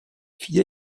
vier